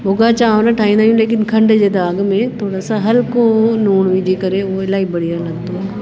भुॻा चांवर ठाहींदा आहियूं लेकीन खंडु जे धाॻ में थोरा सां हल्को लूणु विझी करे उहो इलाही बढ़िया लॻंदो आहे